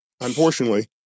unfortunately